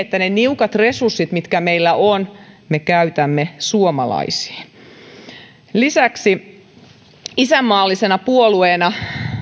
että ne niukat resurssit mitkä meillä on me käytämme suomalaisiin lisäksi isänmaallisena puolueena